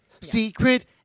Secret